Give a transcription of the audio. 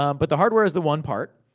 um but the hardware is the one part.